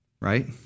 right